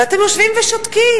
ואתם יושבים ושותקים.